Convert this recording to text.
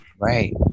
right